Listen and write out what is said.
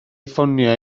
ffonio